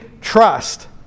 trust